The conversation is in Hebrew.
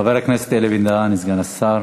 חבר הכנסת אלי בן-דהן, סגן השר.